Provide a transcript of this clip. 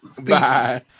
bye